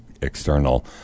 external